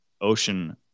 Ocean